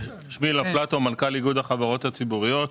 שמי אילן פלטו מנכ"ל איגוד החברות הציבוריות.